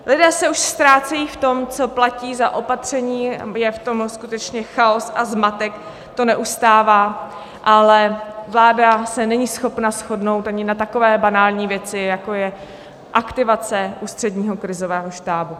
Lidé se už ztrácejí v tom, co platí za opatření, je v tom skutečně chaos a zmatek, to neustává, ale vláda se není schopna shodnout ani na takové banální věci, jako je aktivace Ústředního krizového štábu.